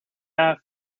have